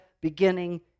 beginning